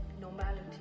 normality